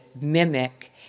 mimic